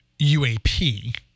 UAP